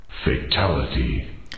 fatality